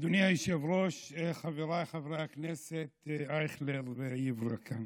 אדוני היושב-ראש, חבריי חברי הכנסת אייכלר ויברקן,